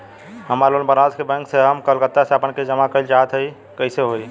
हमार लोन बनारस के बैंक से ह हम कलकत्ता से आपन किस्त जमा कइल चाहत हई हो जाई का?